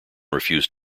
refused